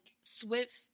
Swift